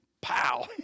pow